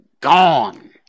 gone